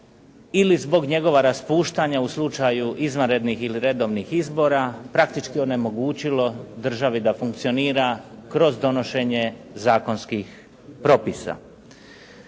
ili zbog njegova raspuštanja izvanredni ili redovnih izbora, praktički onemogućilo državi da funkcionira kroz donošenje zakonskih propisa.